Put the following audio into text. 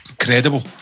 incredible